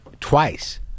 twice